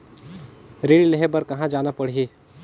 ऋण लेहे बार कहा जाना पड़ही?